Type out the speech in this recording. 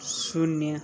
शून्य